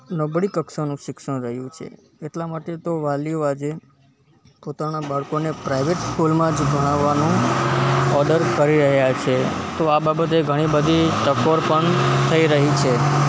નબળી કક્ષાનું શિક્ષણ રહ્યું છે એટલા માટે તો વાલીઓ આજે પોતાના બાળકોને પ્રાઇવેટ સ્કૂલમાં જ ભણાવવાનો ઑર્ડર કરી રહ્યાં છે તો આ બાબતે ઘણી બધી ટકોર પણ થઈ રહી છે